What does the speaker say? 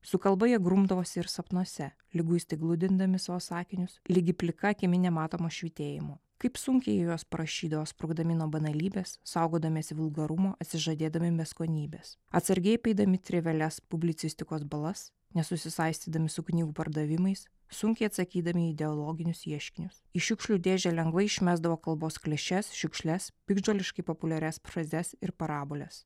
su kalba jie grumdavosi ir sapnuose liguistai gludindami savo sakinius ligi plika akimi nematomo švytėjimo kaip sunkiai juos parašydavo sprukdami nuo banalybės saugodamiesi vulgarumo atsižadėdami beskonybės atsargiai apeidami trivialias publicistikos balas nesusisaistydami su knygų pardavimais sunkiai atsakydami į ideologinius ieškinius į šiukšlių dėžę lengvai išmesdavo kalbos klišes šiukšles piktžoliškai populiarias frazes ir paraboles